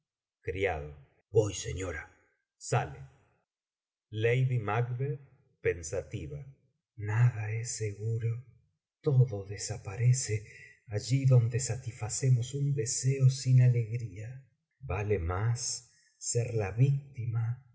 criado voy señora saie lady mac pensativa nada es seguro todo desaparece allí donde satisfacemos un deseo sin alegría vale más ser la víctima